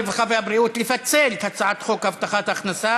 הרווחה והבריאות לפצל את חוק הבטחת הכנסה